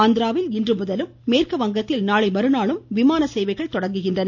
ஆந்திராவில் இன்று முதலும் மேற்கு வங்கத்தில் நாளை மறுநாளும் விமான சேவைகள் தொடங்குகின்றன